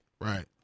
Right